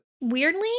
Weirdly